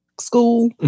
school